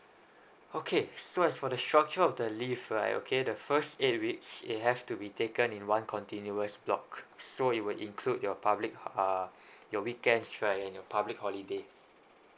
okay so as for the structure of the leave right okay the first eight weeks it have to be taken in one continuous block so it would include your public uh your weekends right and your public holiday